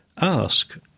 ask